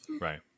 Right